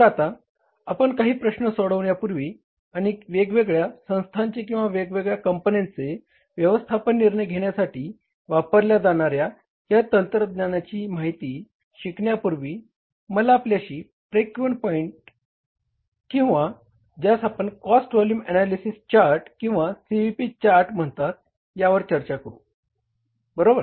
तर आता आपण काही प्रश्न सोडवण्यापूर्वी आणि वेगवगेळ्या संस्थाचे किंवा वेगवगेळ्या कंपन्यांचे व्यवस्थापन निर्णय घेण्यासाठी वापरल्या जाणाऱ्या या तंत्राची माहिती शिकण्यापूर्वी मला आपल्याशी ब्रेक इव्हन चार्ट किंवा ज्यास आपण कॉस्ट व्हॉल्युम एनालिसीस चार्ट किंवा CVP चार्ट म्हणतात यावर चर्चा करायला आवडेल बरोबर